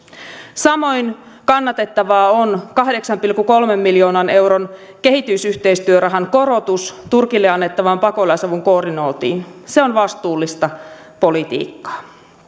samoin kannatettavaa on kahdeksan pilkku kolmen miljoonan euron kehitysyhteistyörahan korotus turkille annettavan pakolaisavun koordinointiin se on vastuullista politiikkaa